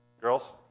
Girls